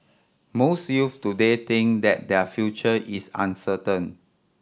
most youths today think that their future is uncertain